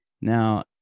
Now